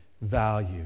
Value